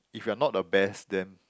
if you are not the best then